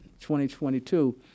2022